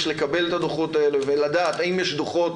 לקבל את הדוחות האלה ולדעת האם יש דוחות,